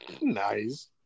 Nice